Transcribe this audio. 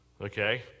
Okay